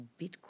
Bitcoin